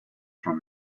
from